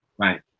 Right